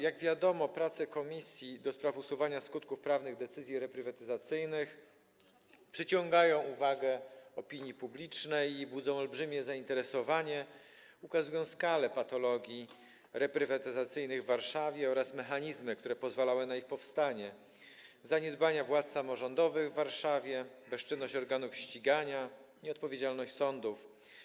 Jak wiadomo, prace komisji do spraw usuwania skutków prawnych decyzji reprywatyzacyjnych przyciągają uwagę opinii publicznej i budzą olbrzymie zainteresowanie, ukazują skalę patologii reprywatyzacyjnych w Warszawie oraz mechanizmy, które pozwalały na ich powstanie - zaniedbania władz samorządowych w Warszawie, bezczynność organów ścigania, nieodpowiedzialność sądów.